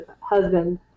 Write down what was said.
husband